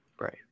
Right